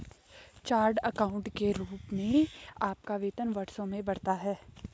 chartered accountant के रूप में आपका वेतन वर्षों में बढ़ता है